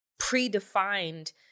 predefined